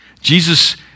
Jesus